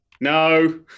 No